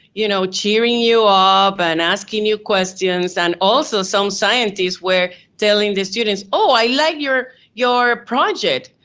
you know, cheering you ah up and asking you questions and also some scientists were telling the students, oh i like your your project.